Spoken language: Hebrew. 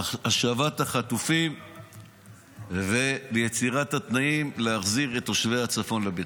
השבת החטופים ויצירת התנאים להחזיר את תושבי הצפון לביתם.